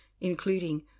including